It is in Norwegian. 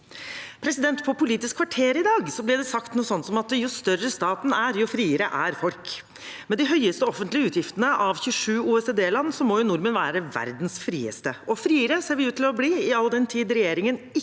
rente. I Politisk kvarter i dag ble det sagt noe sånt som at jo større staten er, jo friere er folk. Med de høyeste offentlige utgiftene av 27 OECD-land må jo nordmenn være verdens frieste. Og friere ser vi ut til å bli, all den tid regjeringen ikke